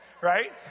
right